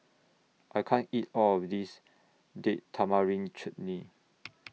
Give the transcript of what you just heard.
I can't eat All of This Date Tamarind Chutney